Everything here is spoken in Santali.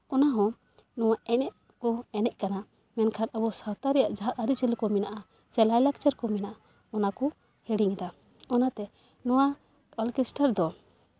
ᱚᱱᱟ ᱦᱚᱸ ᱱᱚᱣᱟ ᱮᱱᱮᱡ ᱠᱚ ᱮᱱᱮᱡ ᱠᱟᱱᱟ ᱢᱮᱱᱠᱷᱟᱱ ᱟᱵᱚ ᱥᱟᱶᱛᱟ ᱨᱮᱭᱟᱜ ᱡᱟᱦᱟᱸ ᱟᱹᱨᱤᱪᱟᱹᱞᱤ ᱠᱚ ᱢᱮᱱᱟᱜᱼᱟ ᱥᱮ ᱞᱟᱭᱼᱞᱟᱠᱪᱟᱨ ᱠᱚ ᱢᱮᱱᱟᱜᱼᱟ ᱚᱱᱟ ᱠᱚ ᱦᱤᱲᱤᱧ ᱮᱫᱟ ᱚᱱᱟᱛᱮ ᱱᱚᱣᱟ ᱚᱨᱠᱮᱥᱴᱟᱨ ᱫᱚ